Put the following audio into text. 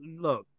Look